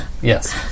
Yes